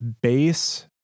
base